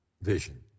vision